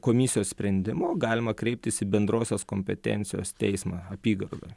komisijos sprendimo galima kreiptis į bendrosios kompetencijos teismą apygardą